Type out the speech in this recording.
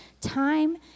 time